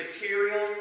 material